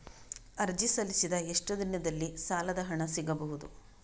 ಅರ್ಜಿ ಸಲ್ಲಿಸಿದ ಎಷ್ಟು ದಿನದಲ್ಲಿ ಸಾಲದ ಹಣ ಸಿಗಬಹುದು?